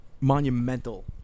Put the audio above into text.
Monumental